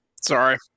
Sorry